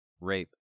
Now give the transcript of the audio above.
rape